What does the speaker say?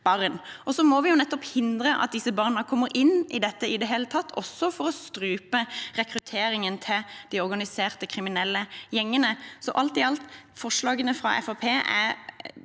barn. Vi må nettopp hindre at disse barna kommer inn i dette i det hele tatt, også for å strupe rekrutteringen til de organiserte kriminelle gjengene. Alt i alt er forslagene fra